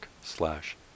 slash